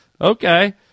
Okay